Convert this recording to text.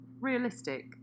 realistic